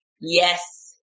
Yes